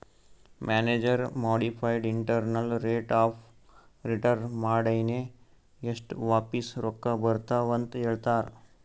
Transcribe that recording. manager modified internal rate of return ಮಾಡಿನೆ ಎಸ್ಟ್ ವಾಪಿಸ್ ರೊಕ್ಕಾ ಬರ್ತಾವ್ ಅಂತ್ ಹೇಳ್ತಾರ್